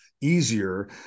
easier